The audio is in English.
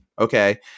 okay